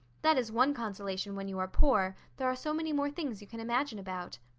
that is one consolation when you are poor there are so many more things you can imagine about.